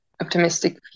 optimistic